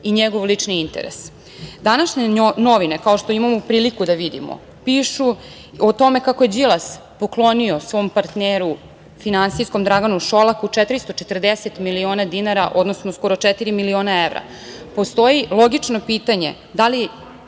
i njegov lični interes. Današnje novine, kao što imamo priliku da vidimo, pišu o tome kako je Đilas poklonio svom finansijskom partneru Draganu Šolaku 440 miliona dinara, odnosno skoro četiri miliona evra. Postoji logično pitanje - da li